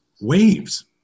waves